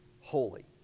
holy